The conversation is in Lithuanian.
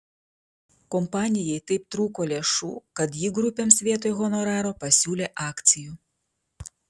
kompanijai taip trūko lėšų kad ji grupėms vietoj honoraro pasiūlė akcijų